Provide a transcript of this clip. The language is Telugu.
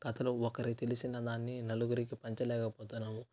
కథలు ఒకరు తెలిసిన దాన్ని నలుగురికి పంచలేకపోతున్నాము